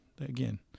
again